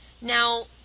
Now